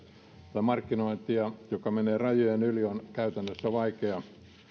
markkinointia joka menee rajojen yli on käytännössä vaikea